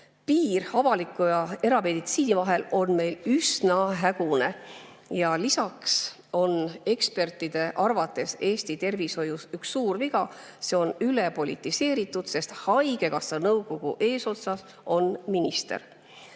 Piir avaliku ja erameditsiini vahel on meil üsna hägune. Lisaks on ekspertide arvates Eesti tervishoius üks suur viga: see on ülepolitiseeritud, sest haigekassa nõukogu eesotsas on minister.